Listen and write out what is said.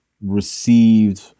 received